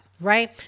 right